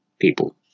people